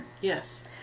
Yes